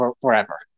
forever